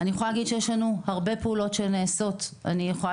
יש לנו הרבה פעולות שנעשות אני יכולה